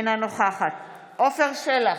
אינה נוכחת עפר שלח,